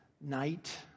night